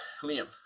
Liam